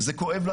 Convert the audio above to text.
זה חשוב.